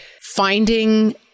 finding